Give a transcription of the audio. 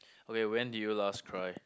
okay when did you last cry